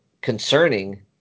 concerning